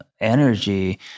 energy